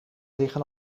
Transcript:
liggen